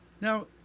Now